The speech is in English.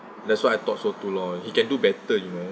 that's why I thought so too lor he can do better you know